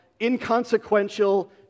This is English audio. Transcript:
inconsequential